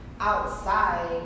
outside